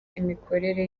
imikorere